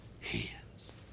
hands